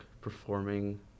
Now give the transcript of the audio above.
performing